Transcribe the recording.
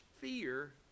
fear